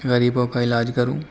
غریبوں کا علاج کروں